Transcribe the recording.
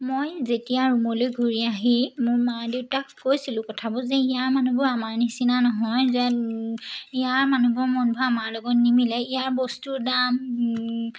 মই যেতিয়া ৰুমলৈ ঘূৰি আহি মোৰ মা দেউতাক কৈছিলোঁ কথাবোৰ যে ইয়াৰ মানুহবোৰ আমাৰ নিচিনা নহয় যে ইয়াৰ মানুহবোৰৰ মনবোৰ আমাৰ লগত নিমিলে ইয়াৰ বস্তুৰ দাম